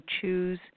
choose